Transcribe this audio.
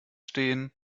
stehen